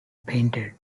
painted